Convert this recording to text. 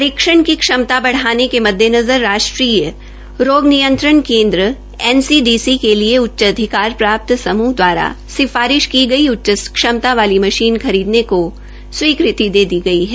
परीक्षण की क्षमता के मददेनज़र राष्ट्रीयराण नियंत्रण केन्द्र एनसीआरसी के लिए उच्च अधिकार प्राप्त समूह द्वारा सिफारिश की गई उच्च क्षमता वाली मशीन खरीदने का स्वीकृति दे दी गई है